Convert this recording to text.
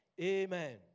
Amen